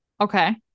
okay